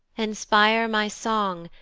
inspire my song,